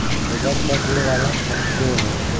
fibre क गुण वाला फल सेव हौ